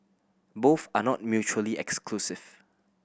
both are not mutually exclusive